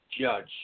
judge